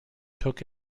took